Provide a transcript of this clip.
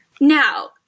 now